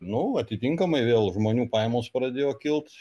nu atitinkamai vėl žmonių pajamos pradėjo kilt